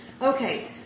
Okay